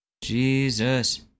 Jesus